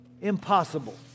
impossible